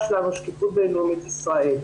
שלנו היא שקיפות בינלאומית ישראל.